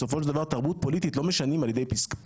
בסופו של דבר תרבות פוליטית לא משנים על ידי פסיקה.